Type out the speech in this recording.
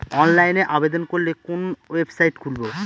অনলাইনে আবেদন করলে কোন ওয়েবসাইট খুলব?